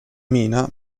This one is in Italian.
mina